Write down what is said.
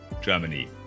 Germany